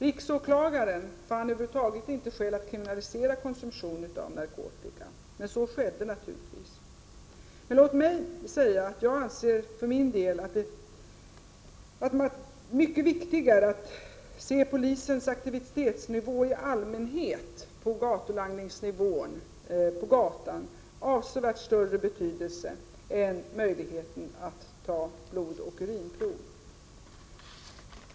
Riksåklagaren fann över huvud taget inte skäl att kriminalisera konsumtion av narkotika — men så skedde naturligtvis. Låt mig säga att jag för min del anser att polisens aktivitetsnivå i allmänhet på gatulangningsnivån — på gatan — har avsevärt större betydelse än möjligheten att ta blodoch urinprov.